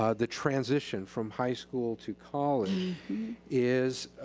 ah the transition from high school to college is